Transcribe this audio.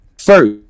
first